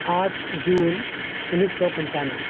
آٹھ جون انیس سو پچانوے